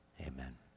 amen